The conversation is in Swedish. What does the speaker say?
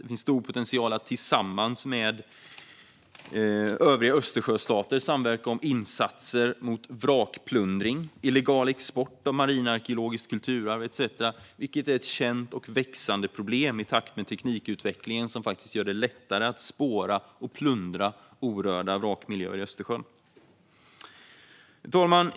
Det finns stor potential att tillsammans med övriga Östersjöstater samverka om insatser mot vrakplundring, illegal export av marinarkeologiskt kulturarv etcetera. Det är ett känt och växande problem i takt med teknikutvecklingen, som faktiskt gör det lättare att spåra och plundra orörda vrakmiljöer i Östersjön. Herr talman!